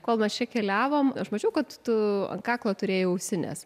kol mes čia keliavom aš mačiau kad tu ant kaklo turėjai ausines